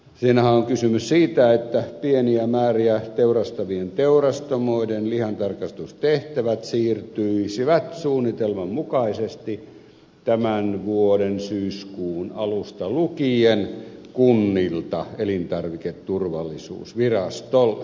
siinähän on kysymys siitä että pieniä määriä teurastavien teurastamoiden lihantarkastustehtävät siirtyisivät suunnitelman mukaisesti tämän vuoden syyskuun alusta lukien kunnilta elintarviketurvallisuusvirastolle